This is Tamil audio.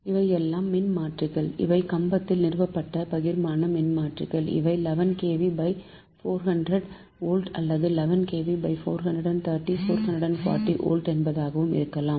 இவையெல்லாம் மின்மாற்றிகள் இவை கம்பத்தில் நிறுவப்பட்ட பகிர்மான மின்மாற்றிகள் இவை 11 kV400 வோல்ட் அல்லது 11 kV 430 440 வோல்ட் என்பதாக இருக்கலாம்